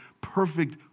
perfect